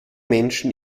menschen